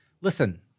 listen